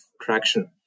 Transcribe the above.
traction